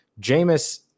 Jameis